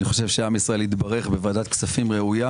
אני חושב שעם ישראל התברך בוועדת כספים ראויה